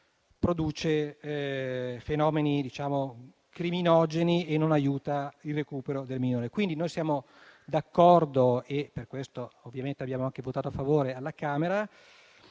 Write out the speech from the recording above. produce fenomeni criminogeni e non aiuta il recupero del minore. Quindi, noi siamo d'accordo e per questo abbiamo anche votato a favore alla Camera.